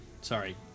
sorry